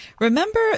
Remember